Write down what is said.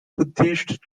buddhist